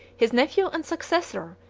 his nephew and successor,